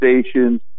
stations